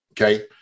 okay